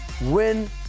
win